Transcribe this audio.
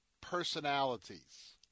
personalities